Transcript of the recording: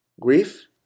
grief